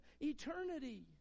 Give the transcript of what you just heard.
eternity